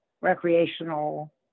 recreational